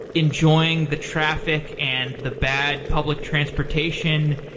enjoying the traffic and the bad public transportation.